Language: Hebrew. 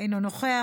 אינו נוכח,